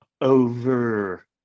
over